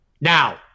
Now